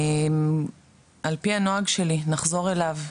ע"פ הנוהג שלי, אני אחזור אליו,